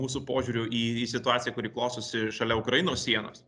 mūsų požiūriu į į situaciją kuri klostosi šalia ukrainos sienos